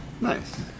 nice